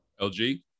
LG